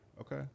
okay